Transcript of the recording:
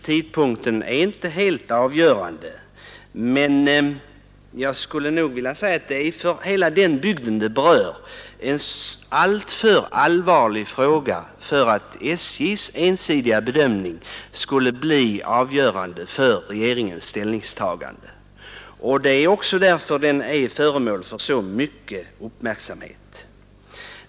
Tidpunkten är inte helt avgörande, men för hela den bygd som berörs är detta en alltför allvarlig fråga för att SJ:s ensidiga bedömning skulle få bli avgörande för regeringens ställningstagande. Det är också därför frågan är föremål för så stor uppmärksamhet.